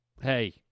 hey